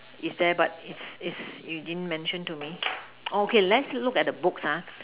is there but is is you didn't mention to me okay let's look at the books ha